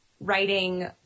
writing